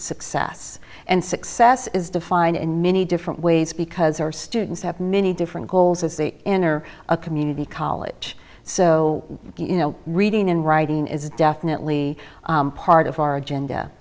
success and success is defined in many different ways because our students have many different goals as they enter a community college so reading and writing is definitely part of our agenda